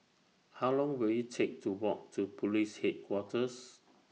How Long Will IT Take to Walk to Police Headquarters